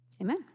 amen